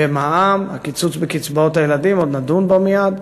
במע"מ, הקיצוץ בקצבאות הילדים, ונדון בו מייד.